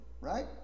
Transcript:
right